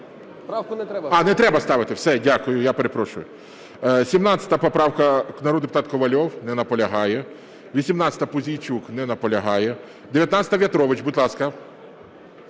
А, не треба ставити. Все, дякую. Я перепрошую. 17 поправка, народний депутат Ковальов. Не наполягає. 18-а, Пузійчук. Не наполягає. 19-а, В'ятрович. Будь ласка.